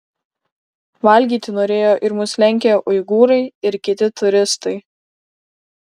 valgyti norėjo ir mus lenkę uigūrai ir kiti turistai